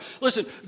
Listen